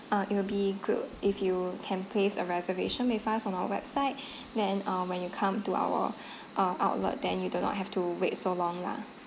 uh it will be good if you can place a reservation with us on our website then uh when you come to our uh outlet then you do not have to wait so long lah